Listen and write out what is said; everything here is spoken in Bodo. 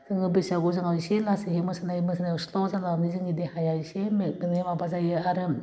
जोङो बैसागुआव जोङो एसे लासैहै मोसानाय मोसानाय स्ल' जानानै जोंनि देहाया माबा जायो आरो